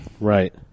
right